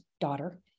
daughter